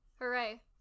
Hooray